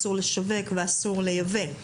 אסור לשווק ואסור לייבא.